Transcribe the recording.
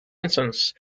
instance